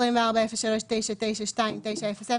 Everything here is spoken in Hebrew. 24.03.992900